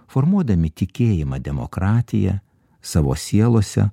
formuodami tikėjimą demokratija savo sielose